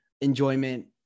enjoyment